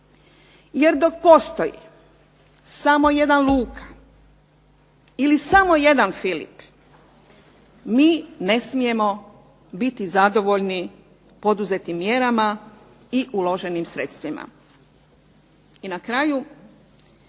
jer dok postoji samo jedan Luka ili samo jedan Filip mi ne smijemo biti zadovoljni poduzetim mjerama i uloženim sredstvima. I na kraju,